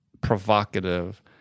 provocative